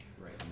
right